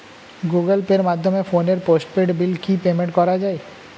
Google পের মাধ্যমে ফোনের পোষ্টপেইড বিল কি পেমেন্ট করা যায়?